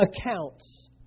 accounts